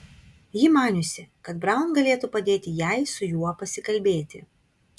ji maniusi kad braun galėtų padėti jai su juo pasikalbėti